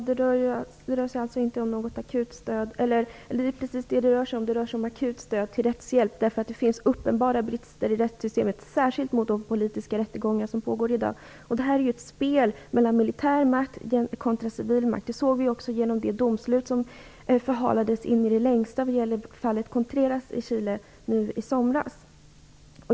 Herr talman! Det rör sig om ett akut stöd till rättshjälp. Det finns uppenbara brister i rättssystemet, särskilt när det gäller de politiska rättegångar som pågår i dag. Detta är ett spel mellan militär makt och civil makt. Det såg vi också genom det domslut som förhalades i in i det längsta vad gäller fallet Contreras i Chile nu i somras.